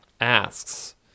asks